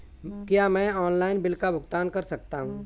क्या मैं online bill का भुगतान कर सकता हूँ?